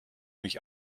mich